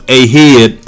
ahead